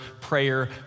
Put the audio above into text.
prayer